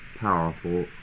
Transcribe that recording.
Powerful